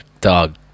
dog